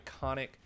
iconic